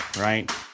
right